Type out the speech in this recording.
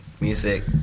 music